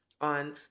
on